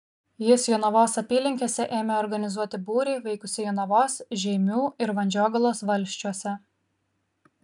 jis jonavos apylinkėse ėmė organizuoti būrį veikusį jonavos žeimių ir vandžiogalos valsčiuose